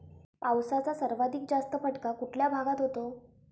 पावसाचा सर्वाधिक जास्त फटका कुठल्या भागात होतो?